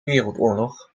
wereldoorlog